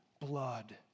blood